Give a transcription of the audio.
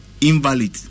invalid